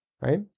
right